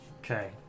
okay